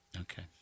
Okay